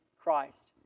Christ